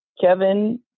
Kevin